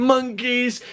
Monkeys